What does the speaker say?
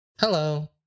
Hello